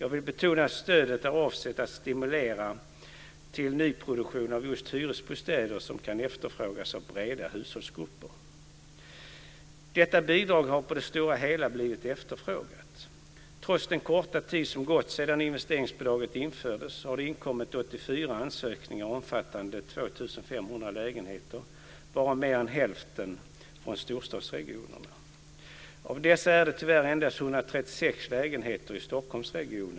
Jag vill betona att stödet är avsett att stimulera till nyproduktion av just hyresbostäder som kan efterfrågas av breda hushållsgrupper. Detta bidrag har på det stora hela blivit efterfrågat. Trots den korta tid som gått sedan investeringsbidraget infördes har det inkommit 84 ansökningar omfattande 2 500 lägenheter, varav mer än hälften från storstadsregionerna.